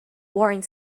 warring